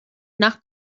nach